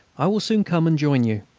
i will soon come and join you.